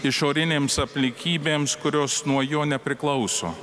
išorinėms aplinkybėms kurios nuo jo nepriklauso